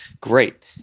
great